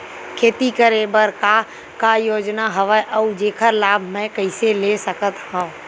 खेती करे बर का का योजना हवय अउ जेखर लाभ मैं कइसे ले सकत हव?